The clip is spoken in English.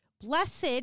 Blessed